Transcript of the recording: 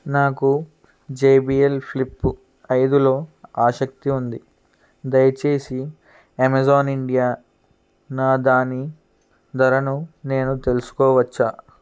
నాకు JBL flip ఐదులో ఆసక్తి ఉంది దయచేసి అమెజాన్ ఇండియా నా దాని ధరను నేను తెలుసుకోవచ్చా